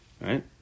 Right